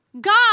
God